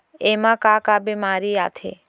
एमा का का बेमारी आथे?